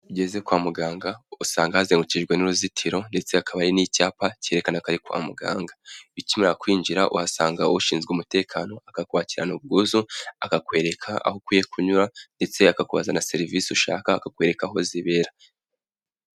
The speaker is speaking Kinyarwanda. Ugeze kwa muganga usanga hazengukijwe n'uruzitiro ndetse hakaba hari n'icyapa cyekana ko ari kwa muganga, ukimara kwinjira uhasanga ushinzwe umutekano akakwakirana ubwuzu, akakwereka aho ukwiye kunyura ndetse akakubaza na serivisi ushaka, akakwereka aho zibera.